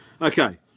Okay